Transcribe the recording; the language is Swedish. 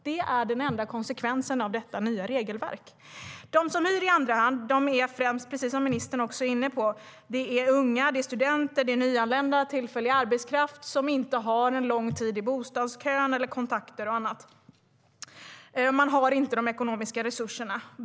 Det är den enda konsekvensen av det nya regelverket. Som ministern var inne på är de som hyr i andra hand främst unga, studenter, nyanlända och tillfällig arbetskraft som inte har lång tid i bostadskön, kontakter eller annat. De har inga ekonomiska resurser.